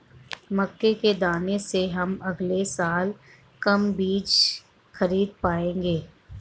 मक्के के दाने से हम अगले साल कम बीज खरीद पाएंगे